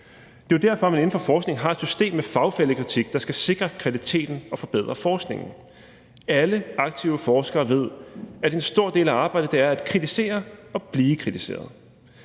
Det er jo derfor, man inden for forskningen har et system med fagfællekritik, der skal sikre kvaliteten og forbedre forskningen. Alle aktive forskere ved, at en stor del af arbejdet består i at kritisere og blive kritiseret.